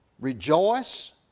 rejoice